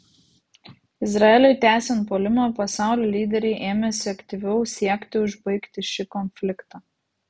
izraeliui tęsiant puolimą pasaulio lyderiai ėmėsi aktyviau siekti užbaigti šį konfliktą